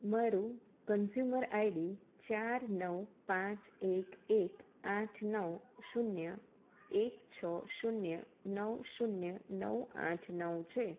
મારું consumer ID ચાર નવ પાંચ એક એક આઠ નવ શૂન્ય એક છ શૂન્ય નવ શૂન્ય નવ આઠ નવ છે